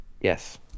Yes